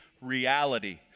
reality